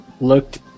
looked